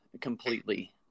completely